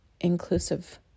inclusive